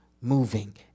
moving